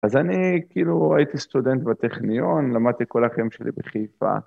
אז אני כאילו הייתי סטודנט בטכניון, למדתי כל החיים שלי בחיפה.